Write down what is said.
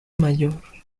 mayor